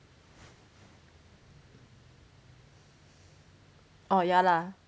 orh ya lah